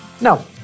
No